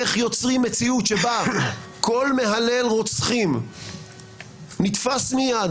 איך יוצרים מציאות שבה כל מהלל רוצחים נתפס מיד,